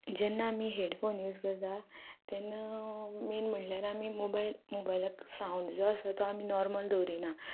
जेन्ना आमी headphone use करता तेन्ना मेन म्हणल्यार आमी मोबायल मोबायलाक सावंड जो आसा तो आमी नॉर्मल दवरिनात